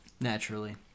Naturally